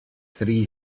three